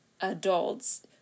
adults